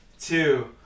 two